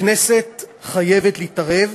הכנסת חייבת להתערב,